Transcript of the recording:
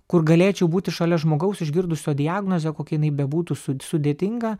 kur galėčiau būti šalia žmogaus išgirdusio diagnozę kokia jinai bebūtų su sudėtinga